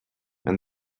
and